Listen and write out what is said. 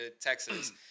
Texas